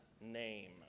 name